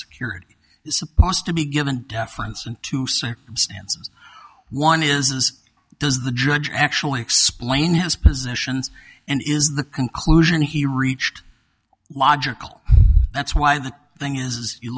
security is supposed to be given deference and to circumstances one is does the judge actually explain his positions and is the conclusion he reached logical that's why the thing is